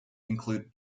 include